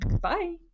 Bye